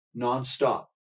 nonstop